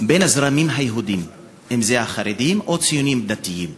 בין הזרמים היהודיים, אם חרדים או ציונים-דתיים.